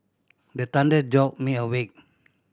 the thunder jolt me awake